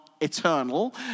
eternal